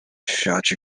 such